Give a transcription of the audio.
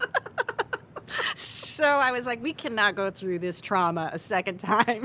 ah so, i was like we cannot go through this trauma a second time.